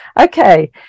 Okay